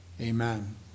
Amen